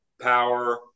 power